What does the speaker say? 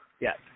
Yes